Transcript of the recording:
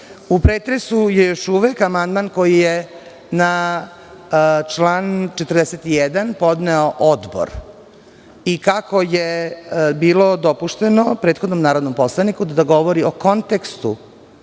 pretresu je još uvek amandman koji je na član 41. podneo Odbor. Kako je bilo dopušteno prethodnom narodnom poslaniku da govori o kontekstu